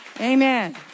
Amen